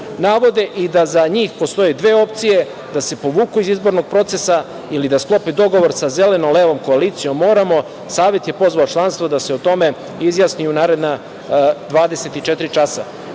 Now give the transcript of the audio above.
Navode i da za njih postoje dve opcije, da se povuku iz izbornih procesa ili da sklope dogovor sa Zeleno-levom koalicijom „Moramo“. Savet je pozvao članstvo da se o tome izjasni u naredna 24 časa. Kažu